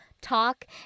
talk